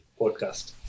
podcast